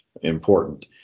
important